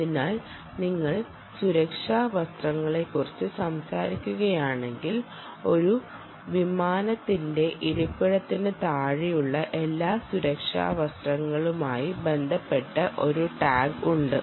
അതിനാൽ നിങ്ങൾ സുരക്ഷാ വസ്ത്രങ്ങളെക്കുറിച്ച് സംസാരിക്കുകയാണെങ്കിൽ ഒരു വിമാനത്തിന്റെ ഇരിപ്പിടത്തിന് താഴെയുള്ള എല്ലാ സുരക്ഷാ വസ്ത്രങ്ങളുമായി ബന്ധപ്പെട്ട ഒരു ടാഗ് ഉണ്ട്